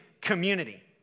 community